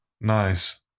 nice